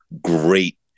great